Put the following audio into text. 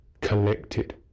collected